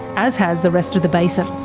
as has the rest of the basin.